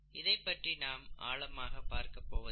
இதைப்பற்றி நாம் ஆழமாக பார்க்கப் போவதில்லை